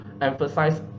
emphasize